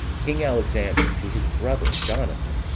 king alexander to his brother, jonathan,